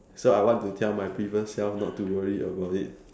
so I want to tell my previous self not to worry about it